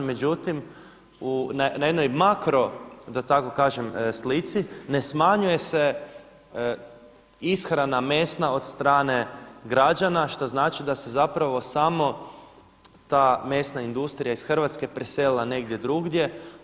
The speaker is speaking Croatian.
Međutim, na jednoj makro, da tako kažem slici ne smanjuje se ishrana mesna od strane građana, što znači da se samo ta mesna industrija iz Hrvatske preselila negdje drugdje.